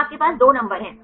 तो आपके पास दो नंबर हैं